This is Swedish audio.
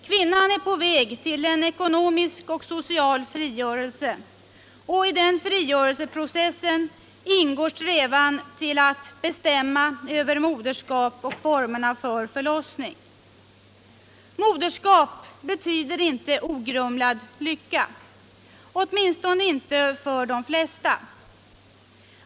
Kvinnan är på väg till en ekonomisk och social frigörelse, och i den frigörelseprocessen ingår strävan att bestämma över moderskap och formerna för förlossning. Moderskap betyder inte ogrumlad lycka, åtminstone inte för de flesta.